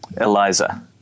Eliza